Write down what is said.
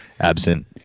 absent